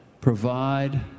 provide